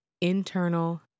internal